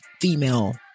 female